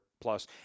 plus